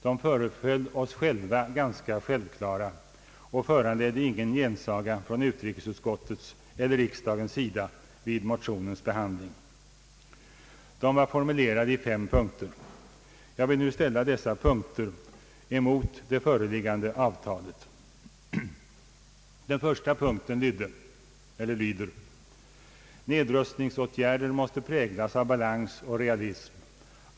De föreföll oss ganska självklara och föranledde ingen gensaga från utrikesutskottets eller riksdagens sida vid motionens behandling. De var formulerade i fem punkter. Jag vill nu ställa dessa punkter emot det föreliggande avtalet. Den första punkten lyder: »Nedrustningsåtgärder måste präglas av balans och realism.